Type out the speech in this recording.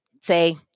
say